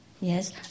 yes